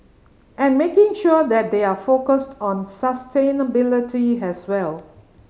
and making sure that they are focused on sustainability as well